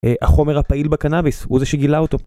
החומר הפעיל בקנאביס, הוא זה שגילה אותו.